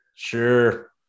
Sure